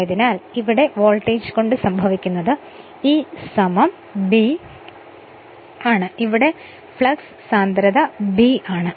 ആയതിനാൽ ഇവിടെ വോൾട്ടേജ് കൊണ്ട്് സംഭവിക്കുന്നത് EB ആണ് ഇവിടെ ഫ്ളക്സ് സാന്ദ്രത B ആണ്